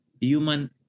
human